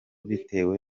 bitewe